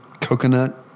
coconut